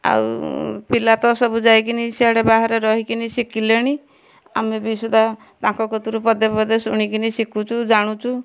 ଆଉ ପିଲା ତ ସବୁ ଯାଇକିନି ସିଆଡ଼େ ବାହାରେ ରହିକିନି ଶିଖିଲେଣି ଆମେ ବି ସୁଧା ତାଙ୍କ କତୁରୁ ପଦେ ପଦେ ଶୁଣିକିରି ଶିଖୁଛୁ ଜାଣୁଛୁ